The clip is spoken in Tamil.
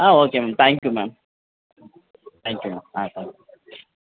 ah okay ma'am thank you ma'am thank you ma'am thank you